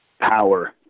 power